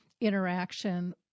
interaction